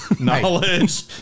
knowledge